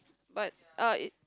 but uh it